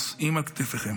שלנו.